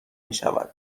میشود